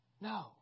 No